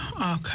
Okay